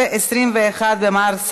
זה עבר לכלכלה